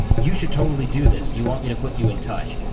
you should totally do this. do you want me to put you in touch?